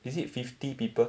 is it fifty people